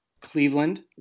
Cleveland